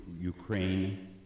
Ukraine